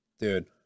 dude